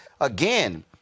again